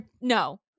no